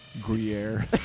Gruyere